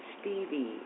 Stevie